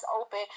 open